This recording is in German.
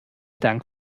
dank